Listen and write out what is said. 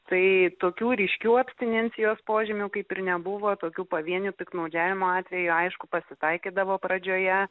tai tokių ryškių abstinencijos požymių kaip ir nebuvo tokių pavienių piktnaudžiavimo atvejų aišku pasitaikydavo pradžioje